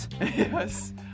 Yes